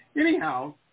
Anyhow